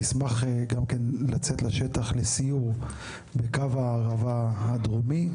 אני אשמח גם כן לצאת לשטח בסיור בקו הערבה הדרומי.